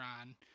on